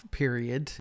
period